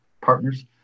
partners